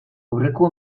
aurreko